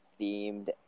themed